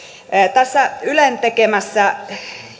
tässä ylen tekemässä